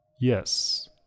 yes